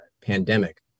pandemic